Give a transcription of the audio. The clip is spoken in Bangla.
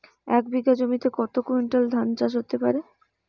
এক বিঘা জমিতে কত কুইন্টাল ধান হতে পারে?